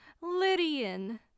Lydian